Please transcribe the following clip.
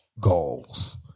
goals